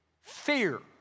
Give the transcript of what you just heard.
fear